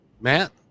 matt